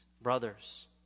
Brothers